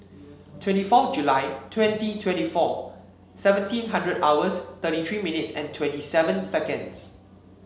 twenty fourth July twenty twenty four seventeen hundred hours thirty three minutes and twenty seven seconds